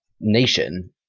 nation